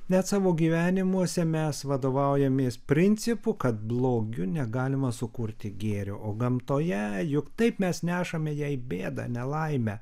net savo gyvenimuose mes vadovaujamės principu kad blogiu negalima sukurti gėrio o gamtoje juk taip mes nešame jai bėdą nelaimę